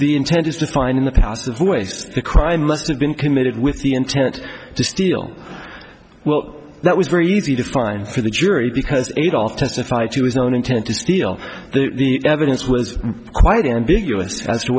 the intent is to find in the past of always the crime must have been committed with the intent to steal well that was very easy to find for the jury because it all testified she was known intended to steal the evidence was quite ambiguous as to